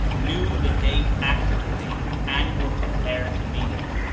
knew the date accurately and were prepared to meet it,